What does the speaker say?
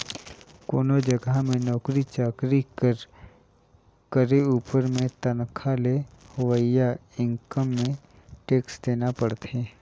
कोनो जगहा में नउकरी चाकरी कर करे उपर में तनखा ले होवइया इनकम में टेक्स देना परथे